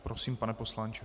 Prosím, pane poslanče.